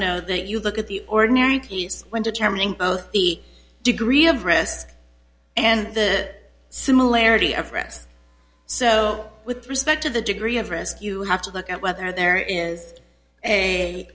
know that you look at the ordinary case when determining both the degree of risk and the similarity of rest so with respect to the degree of risk you have to look at whether there is a